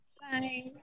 Bye